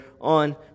on